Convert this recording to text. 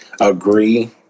agree